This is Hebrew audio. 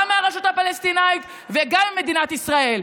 גם מהרשות הפלסטינית וגם ממדינת ישראל.